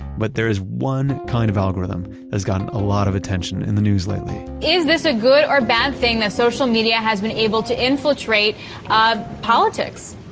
but there is one kind of algorithm that's gotten a lot of attention in the news lately is this a good or bad thing that social media has been able to infiltrate um politics?